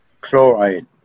chloride